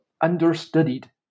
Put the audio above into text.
understudied